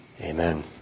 Amen